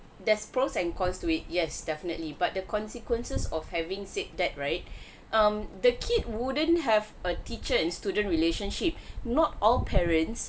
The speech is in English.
there's pros and cons to it yes definitely but the consequences of having said that right um the kid wouldn't have a teacher and student relationship not all parents